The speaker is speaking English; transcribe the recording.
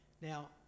Now